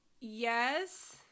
yes